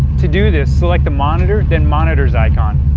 to do this, select the monitor, then monitors icon,